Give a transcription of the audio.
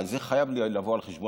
וזה חייב לבוא על חשבון